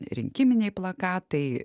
rinkiminiai plakatai